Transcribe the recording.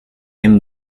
him